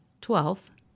Twelfth